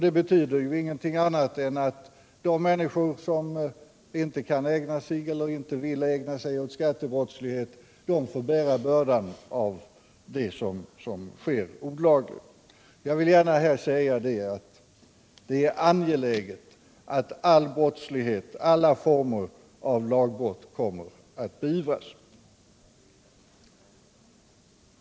Det betyder ingenting annat än att de människor som inte vill ägna sig åt skattebrottslighet får bära bördan av det som sker olagligt. Jag vill gärna säga här att det är angeläget att alla former av lagbrott beivras.